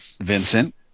Vincent